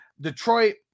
Detroit